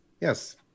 Yes